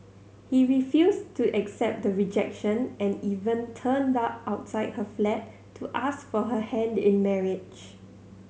he refused to accept the rejection and even turned up outside her flat to ask for her hand in marriage